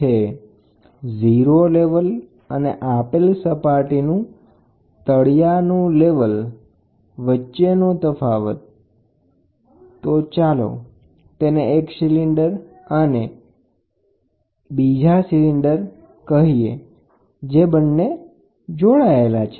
આ બંન્ને વચ્ચેના લેવલસપાટી ને 0 લેવલસપાટી કહે છે ઝીરો લેવલ અને આપેલ સપાટીનું તળિયાનું લેવલ વચ્ચેનો તફાવત તો ચાલો તેને 1 સિલિન્ડર કહીએ જે 2 સિલિન્ડર સાથે જોડાયેલ છે